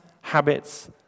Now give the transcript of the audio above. habits